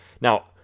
Now